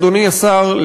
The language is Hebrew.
אדוני השר,